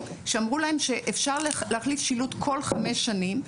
שאמרו להם שאפשר להחליף שילוט כל חמש שנים,